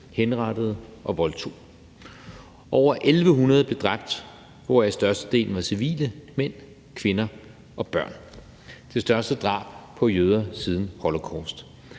henrettede og voldtog. Over 1.100 blev dræbt, heraf størstedelen civile mænd, kvinder og børn. Det var det største drab på jøder siden holocaust.